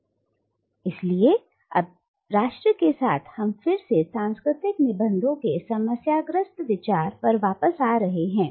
लेकिन अब इसलिए राष्ट्र के साथ हम फिर से फिर सांस्कृतिक निबंधों के समस्या ग्रस्त विचार पर वापस आ रहे हैं